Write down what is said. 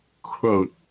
Quote